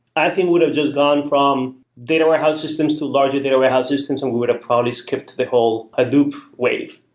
i think it would have just gone from data warehouse systems to larger data warehouse systems and would have probably skipped the whole hadoop wave,